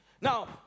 Now